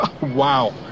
Wow